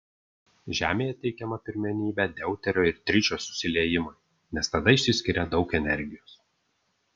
žemėje teikiama pirmenybė deuterio ir tričio susiliejimui nes tada išsiskiria daug energijos